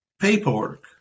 paperwork